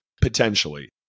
potentially